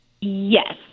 Yes